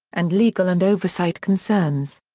and legal and oversight concerns.